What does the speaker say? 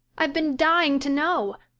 i've been dying to know.